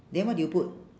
then what do you put